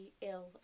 ill